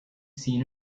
seen